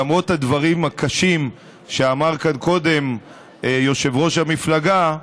למרות הדברים הקשים שאמר כאן קודם יושב-ראש המפלגה,